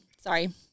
sorry